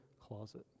closet